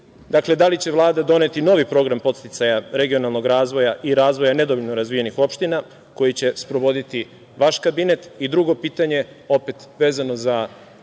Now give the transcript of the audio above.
– da li će Vlada doneti novi program podsticaja regionalnog razvoja i razvoja nedovoljno razvijenih opština, koji će sprovoditi vaš kabinet? Drugo pitanje, opet vezano za prvo